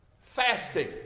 Fasting